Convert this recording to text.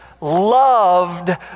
Loved